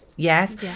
Yes